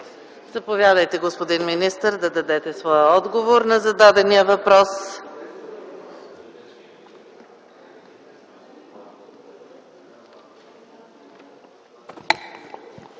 Заповядайте, господин министър, да дадете своя отговор на зададения въпрос.